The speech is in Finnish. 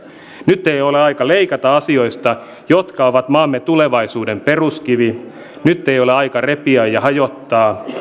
nyt ei ole ole aika leikata asioista jotka ovat maamme tulevaisuuden peruskivi nyt ei ole aika repiä ja hajottaa